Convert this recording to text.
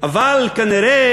אבל כנראה,